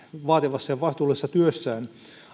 vaativassa ja vastuullisessa työssään